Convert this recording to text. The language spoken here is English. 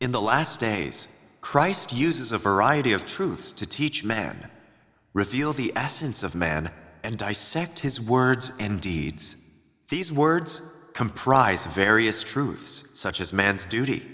in the last days christ uses a variety of truths to teach man reveal the essence of man and dissect his words and deeds these words comprise the various truths such as man's duty